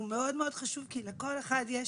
הוא מאוד מאוד חשוב כי לכל אחד יש